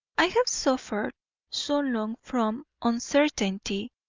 i have suffered so long from uncertainty,